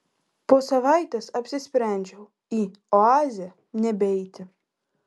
po savaitės apsisprendžiau į oazę nebeiti